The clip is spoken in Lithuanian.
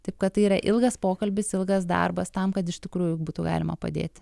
taip kad tai yra ilgas pokalbis ilgas darbas tam kad iš tikrųjų būtų galima padėti